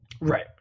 Right